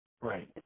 Right